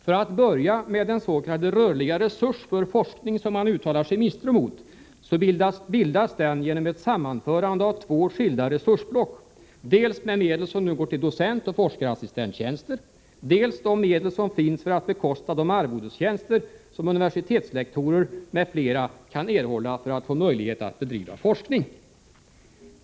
För att börja med den s.k. rörliga resurs för forskning som han uttalar sin misstro mot, så bildas den genom ett sammanförande av två skilda resursblock, dels med medel som nu går till docentoch forskarassistenttjänster, dels de medel som finns för att bekosta de arvodestjänster som universitetslektorer m.fl. kan erhålla för att få möjlighet att bedriva forskning.